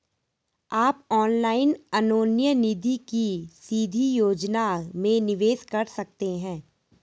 आप ऑनलाइन अन्योन्य निधि की सीधी योजना में निवेश कर सकते हैं